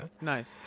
Nice